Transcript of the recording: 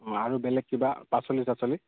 আৰু বেলেগ কিবা পাচলি চাচলি